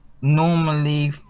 normally